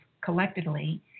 collectively